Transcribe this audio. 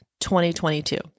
2022